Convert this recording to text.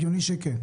הגיוני שכן.